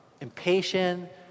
impatient